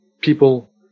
people